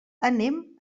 anem